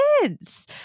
kids